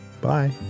Bye